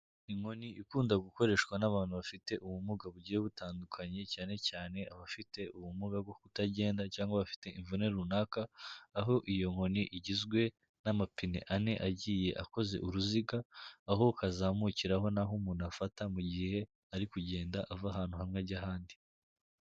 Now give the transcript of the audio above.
Inkoni ikunda gukoreshwa n'abantu bafite ubumuga bugiye butandukanye cyane cyane abafite ubumuga bwo kutagenda cyangwa abafite imvune runaka aho iyo nkoni igizwe n'amapine ane agiye akoze uruziga, aho kazamukiraho n'aho umuntu afata mu gihe ari kugenda ava ahantu hamwe ajya ahandi.